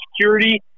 security